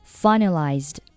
finalized